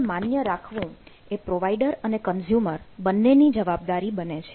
ને માન્ય રાખવું એ પ્રોવાઇડર અને કન્ઝ્યુમર બંનેની જવાબદારી બને છે